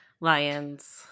lions